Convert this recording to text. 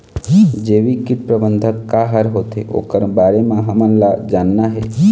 जैविक कीट प्रबंधन का हर होथे ओकर बारे मे हमन ला जानना हे?